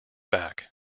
back